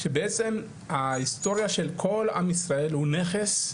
שבעצם, ההיסטוריה של כל עם ישראל הוא נכס,